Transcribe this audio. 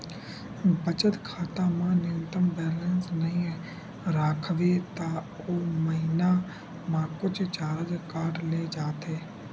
बचत खाता म न्यूनतम बेलेंस नइ राखबे त ओ महिना म कुछ चारज काट ले जाथे